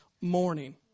morning